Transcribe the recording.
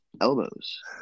elbows